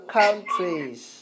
countries